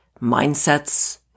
mindsets